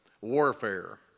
warfare